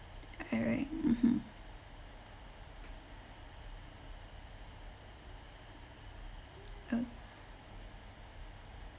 all right mmhmm orh